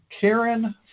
Karen